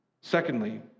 Secondly